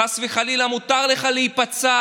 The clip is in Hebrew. חס וחלילה מותר לך להיפצע,